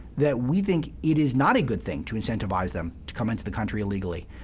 that we think it is not a good thing to incentivize them to come into the country illegally.